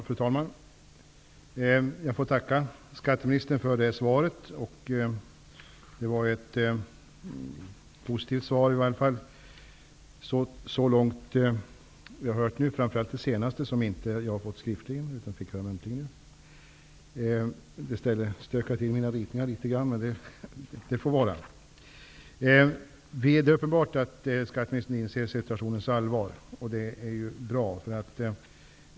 Fru talman! Jag tackar skatteministern för svaret. Det var ett positivt svar så långt -- framför allt det som sades på slutet, vilket i och för sig stökade till mina ritningar litet. Det är uppenbart att skatteministern inser situationens allvar, vilket är bra.